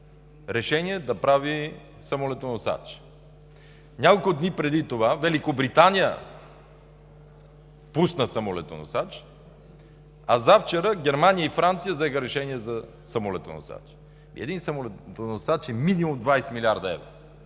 решение да прави самолетоносач. Няколко дни преди това Великобритания пусна самолетоносач, а завчера Германия и Франция взеха решение за самолетоносачи. Един самолетоносач е минимум 20 млрд. евро